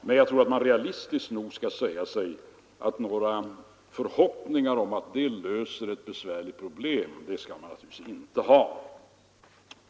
Men jag tror att man realistiskt skall säga sig att några förhoppningar om att råvarubeskattningen löser ett besvärligt problem bör man knappast ha.